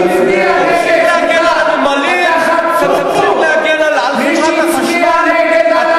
נפתלי בנט, מניפולטור, רודף שקרים.